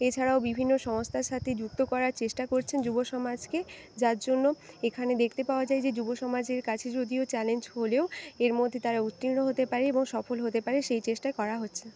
এছাড়াও বিভিন্ন সংস্থার সাথে যুক্ত করার চেষ্টা করছেন যুবসমাজকে যার জন্য এখানে দেখতে পাওয়া যায় যে যুবসমাজের কাছে যদিও চ্যালেঞ্জ হলেও এর মধ্যে তারা উত্তীর্ণ হতে পারে এবং সফল হতে পারে সেই চেষ্টাই করা হচ্ছে